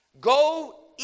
go